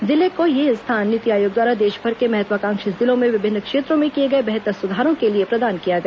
जिले को यह स्थान नीति आयोग द्वारा देशभर के महत्वाकांक्षी जिलों में विभिन्न क्षेत्रों में किए गए बेहतर सुधारों के लिए प्रदान किया गया